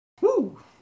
Woo